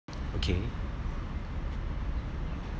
okay